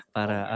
Para